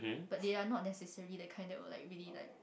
but they are not necessary the kind that will like really like